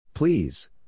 Please